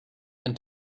than